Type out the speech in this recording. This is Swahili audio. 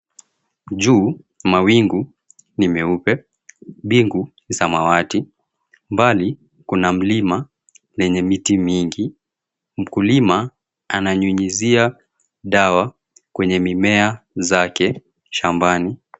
Juu, mawingu ni meupe, mbingu samawati, mbali kuna mlima lenye miti mingi, mkulima ananyunyizia dawa kwenye mimea zake shambani.